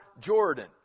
Jordan